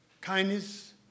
Kindness